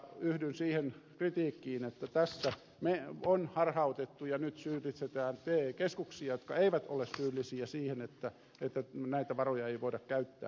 yhdyn siihen kritiikkiin että tässä on harhautettu ja nyt syyllistetään te keskuksia jotka eivät ole syyllisiä siihen että näitä varoja ei voida käyttää